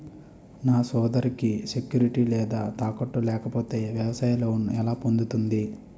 నా సోదరికి సెక్యూరిటీ లేదా తాకట్టు లేకపోతే వ్యవసాయ లోన్ ఎలా పొందుతుంది?